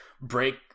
break